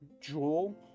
jewel